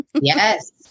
Yes